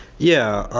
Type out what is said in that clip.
yeah,